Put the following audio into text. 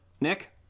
Nick